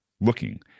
looking